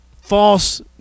false